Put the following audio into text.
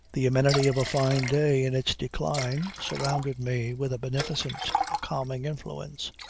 the amenity of a fine day in its decline surrounded me with a beneficent, a calming influence